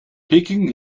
peking